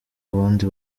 abandi